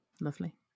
Lovely